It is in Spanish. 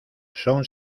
son